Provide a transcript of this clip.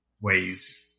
ways